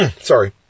Sorry